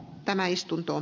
tämä miksi